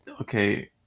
Okay